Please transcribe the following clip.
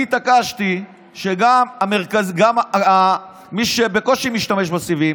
אני התעקשתי שגם מי שבקושי משתמש בסיבים,